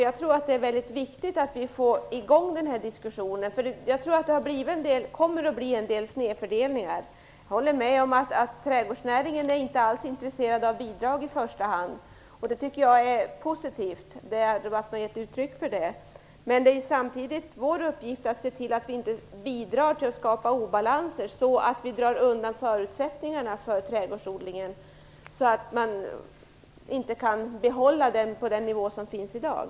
Jag tror att det är väldigt viktigt att diskussionen kommer i gång. Det kommer att bli en del snedfördelningar. Jag håller med om att man inom trädgårdsnäringen inte i första hand är intresserad av bidrag. Det tycker jag är positivt, och det har också debatten givit uttryck för. Samtidigt är det vår uppgift att se till att vi inte skapar obalanser så att vi drar undan förutsättningarna för trädgårdsodlingen när det gäller att kunna behålla den på den nivå som den har i dag.